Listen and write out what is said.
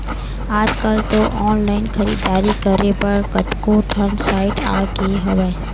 आजकल तो ऑनलाइन खरीदारी करे बर कतको ठन साइट आगे हवय